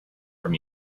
from